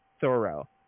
thorough